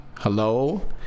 Hello